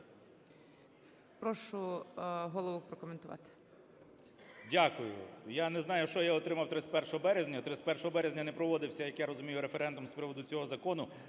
Прошу голову прокоментувати. 11:38:12 КНЯЖИЦЬКИЙ М.Л. Дякую. Я не знаю, що я отримав 31 березня. 31 березня не проводився, як я розумію, референдум з приводу цього закону